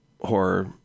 horror